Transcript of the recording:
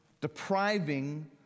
depriving